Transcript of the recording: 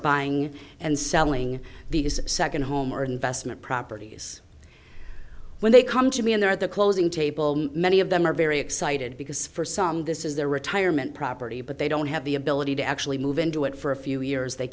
buying and selling the second home or investment properties when they come to me in there at the closing table many of them are very excited because for some this is their retirement property but they don't have the ability to actually move into it for a few years they